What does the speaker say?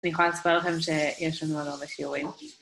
אני יכולה לספר לכם שיש לנו עוד הרבה שיעורים